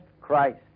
Christ